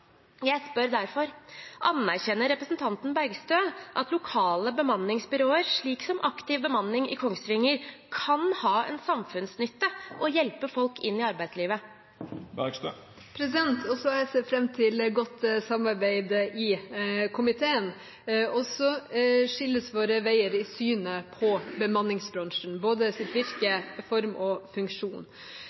Jeg spør derfor: Anerkjenner representanten Bergstø at lokale bemanningsbyråer, som Aktiv Bemanning på Kongsvinger, kan ha en samfunnsnytte og hjelpe folk inn i arbeidslivet? Også jeg ser fram til godt samarbeid i komiteen, og så skilles våre veier i synet på bemanningsbransjens både virke, form og funksjon,